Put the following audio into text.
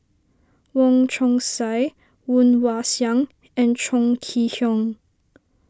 Wong Chong Sai Woon Wah Siang and Chong Kee Hiong